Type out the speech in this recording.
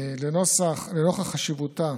לנוכח חשיבותה